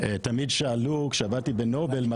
תמיד שאלו אותי כשעבדתי בנובל,